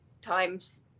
times